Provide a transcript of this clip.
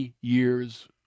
years